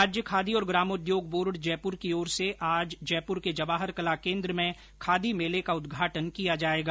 राज्य खादी और ग्रामोद्योग बोर्ड जयपुर की ओर से आज जयपुर के जवाहर कला केन्द्र में खादी मेले का उदघाटन किया जायेगा